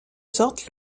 sorte